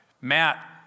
Matt